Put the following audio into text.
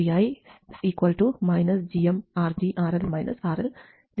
vovi gmRGRL RLgmRLRsRsRGRL